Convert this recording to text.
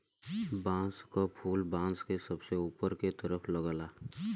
बांस क फुल बांस के सबसे ऊपर के तरफ लगला